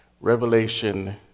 Revelation